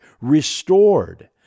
restored